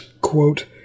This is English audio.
quote